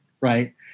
Right